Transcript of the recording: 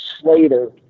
slater